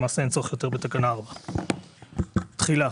אין צורך יותר בתקנה 4. תחילה